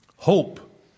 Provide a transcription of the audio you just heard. Hope